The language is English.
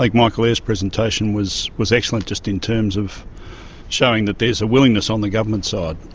like michael eyers' presentation was was excellent just in terms of showing that there's a willingness on the government side,